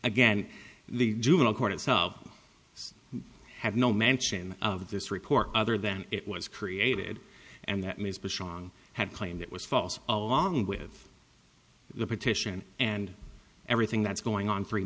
again the juvenile courts have no mention of this report other than it was created and that means bushong had claimed it was false along with the petition and everything that's going on three